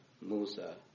Musa